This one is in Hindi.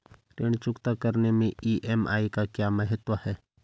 ऋण चुकता करने मैं ई.एम.आई का क्या महत्व है?